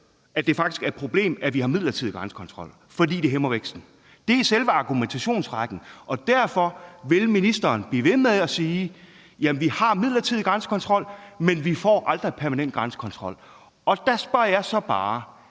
at det faktisk er et problem, at vi har midlertidig grænsekontrol, fordi det hæmmer væksten. Det er selve argumentationsrækken, og derfor vil ministeren blive ved med at sige, at jamen vi har midlertidig grænsekontrol, men at vi aldrig får permanent grænsekontrol. Og der spørger jeg så bare: